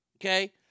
Okay